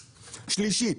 שלישית,